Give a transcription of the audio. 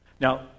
Now